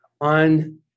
on